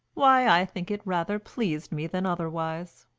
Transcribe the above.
why, i think it rather pleased me than otherwise.